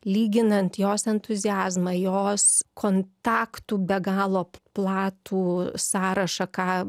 lyginant jos entuziazmą jos kontaktų be galo platų sąrašą ką